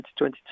2022